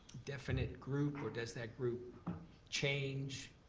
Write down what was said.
definite group, or does that group change?